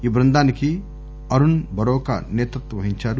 ఈ బృందానికి అరుణ్ బరోకా నేతృత్వం వహించారు